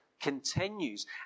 continues